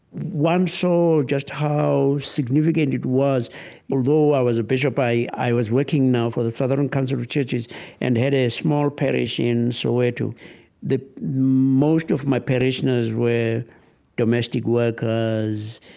one saw just how significant it was although i was a bishop, i i was working now for the southern council of churches and had a small parish in soweto. most of my parishioners were domestic workers,